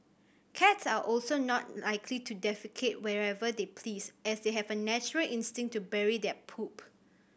cats are also not likely to defecate wherever they please as they have a natural instinct to bury their poop